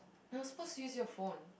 you're not supposed to use your phone